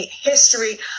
history